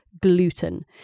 gluten